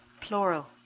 plural